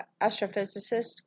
astrophysicist